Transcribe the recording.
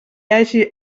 haja